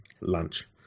Lunch